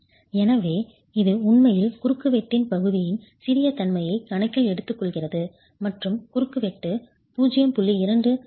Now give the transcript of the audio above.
எனவே இது உண்மையில் குறுக்குவெட்டின் பகுதியின் சிறிய தன்மையை கணக்கில் எடுத்துக்கொள்கிறது மற்றும் குறுக்குவெட்டு 0